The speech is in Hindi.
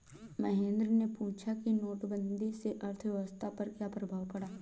महेंद्र ने पूछा कि नोटबंदी से अर्थव्यवस्था पर क्या प्रभाव पड़ा